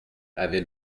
avait